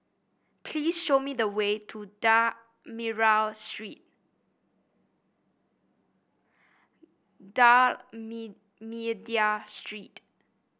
please show me the way to D'Almeida Street